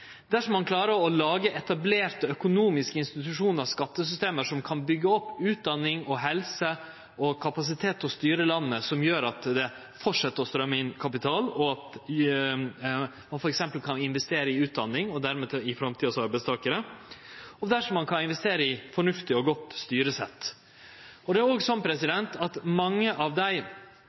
dersom ein klarer å lage etablerte økonomiske institusjonar og skattesystem som kan byggje opp utdaning, helse og kapasitet til å styre landet – som gjer at det fortset å strøyme inn kapital, og ein f.eks. kan investere i utdaning og dermed i framtidas arbeidstakarar – og dersom ein kan investere i fornuftig og godt styresett. Det er òg slik at mange av dei